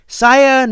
saya